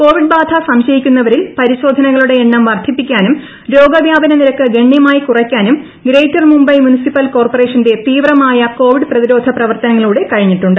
Covid ബാധ സംശയിക്കുന്നവരിൽ പരിശോധനകളുടെ എണ്ണം വർദ്ധിപ്പിക്കാനും രോഗ വൃാപന നിരക്ക് ഗണ്യമായി കുറയ്ക്കാനും ഗ്രേറ്റർ മുബൈ മുൻസിപ്പൽ കോർപ്പറേഷന്റെ തീവ്രമായ കോവിഡ് പ്രതിരോധ പ്രവർത്തനങ്ങളിലൂടെ കഴിഞ്ഞിട്ടുണ്ട്